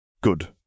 Good